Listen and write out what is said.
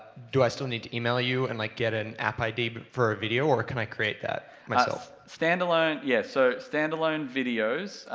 do i still need to email you and like get an app id but for a video, or can i create that myself? standalone, yeah, so standalone videos,